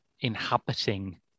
inhabiting